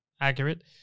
accurate